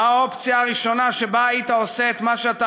האופציה הראשונה שבה היית עושה את מה שאתה